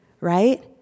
right